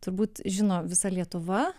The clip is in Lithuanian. turbūt žino visa lietuva